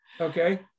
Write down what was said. Okay